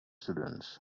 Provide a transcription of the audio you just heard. students